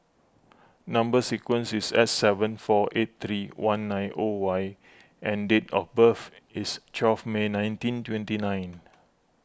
Number Sequence is S seven four eight three one nine zero Y and date of birth is twelve May nineteen twenty nine